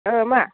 ओ मा